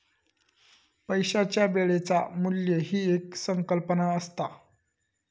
पैशाच्या वेळेचा मू्ल्य ही एक संकल्पना असता